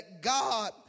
God